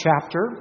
chapter